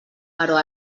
però